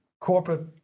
corporate